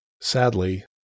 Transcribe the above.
Sadly